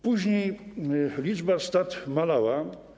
Później liczba stad malała.